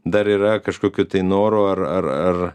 dar yra kažkokio tai noro ar ar ar